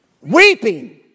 Weeping